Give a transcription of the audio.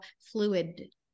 fluid